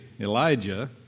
Elijah